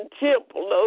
temple